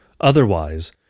Otherwise